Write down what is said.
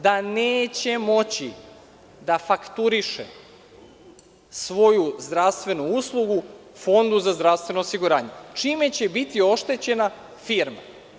Da neće moći da fakturiše svoju zdravstvenu uslugu Fondu za zdravstveno osiguranje, čime će biti oštećena firma.